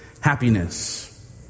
happiness